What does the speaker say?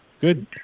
Good